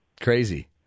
crazy